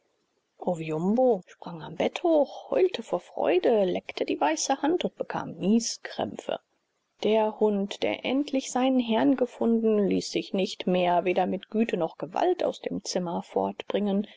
sprang am bett hoch heulte vor freude leckte die weiße hand und bekam nieskrämpfe der hund der endlich seinen herrn gefunden ließ sich nicht mehr weder mit güte noch gewalt aus dem zimmer